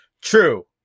True